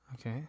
Okay